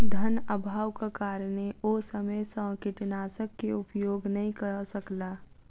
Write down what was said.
धनअभावक कारणेँ ओ समय सॅ कीटनाशक के उपयोग नै कअ सकला